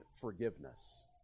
forgiveness